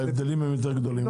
ההבדלים הם יותר גדולים,